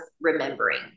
remembering